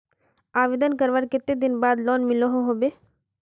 आवेदन करवार कते दिन बाद लोन मिलोहो होबे?